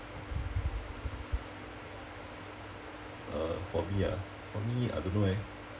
uh for me ah for me I don't know eh